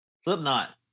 Slipknot